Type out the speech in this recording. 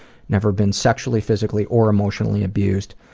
never been sexually, physically, or emotionally abused.